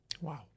Wow